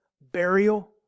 burial